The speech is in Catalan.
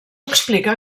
explica